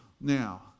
now